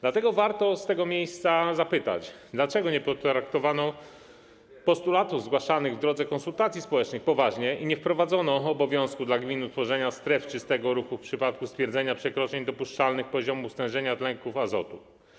Dlatego warto z tego miejsca zapytać: Dlaczego nie potraktowano poważnie postulatów zgłaszanych w drodze konsultacji społecznych i nie wprowadzono obowiązku dla gmin utworzenia stref czystego ruchu w przypadku stwierdzenia przekroczeń dopuszczalnych poziomów stężenia tlenków azotu?